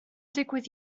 digwydd